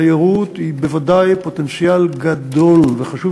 תיירות היא בוודאי פוטנציאל גדול וחשוב,